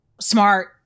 smart